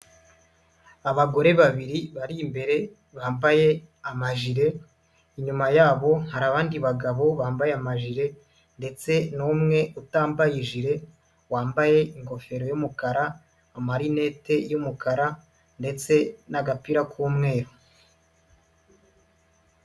Abagore babiri bari imbere bambaye amajile, inyuma yabo hari abandi bagabo bambaye amajile ,ndetse n'umwe utambaye ijile wambaye ingofero y'umukara ,amarineti y'umukara, ndetse n'agapira k'umweru.